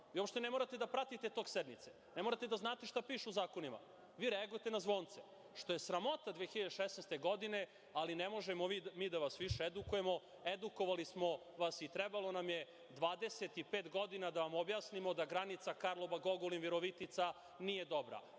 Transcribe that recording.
Vi uopšte ne morate da pratite tok sednice, ne morate da znate šta piše u zakonima. Vi reagujete na zvonce, što je sramota 2016. godine, ali ne možemo mi da vas više edukujemo. Edukovali smo vas i trebalo nam je 25 godina da vam objasnimo da granica Karlobag-Ogulin-Virovitica nije dobra,